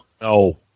no